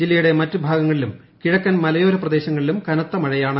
ജില്ലയുടെ മറ്റ് ഭാഗങ്ങളിലും കിഴക്കൻ മലയോര പ്രദേശങ്ങളിലും കനത്ത മഴയാണ്